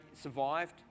survived